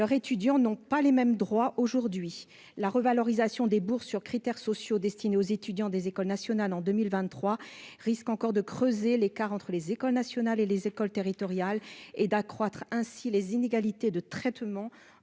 leur étudiants n'ont pas les mêmes droits, aujourd'hui, la revalorisation des bourses sur critères sociaux destinés aux étudiants des écoles nationales en 2023 risque encore de creuser l'écart entre les écoles nationales et les écoles territoriale et d'accroître ainsi les inégalités de traitement